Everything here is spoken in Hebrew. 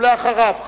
ואחריו,